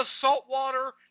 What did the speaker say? saltwater